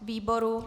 Výboru?